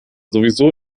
sowieso